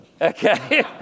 Okay